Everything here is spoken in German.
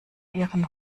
ihren